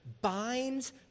binds